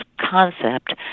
concept